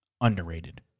underrated